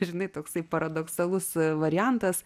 žinai toksai paradoksalus variantas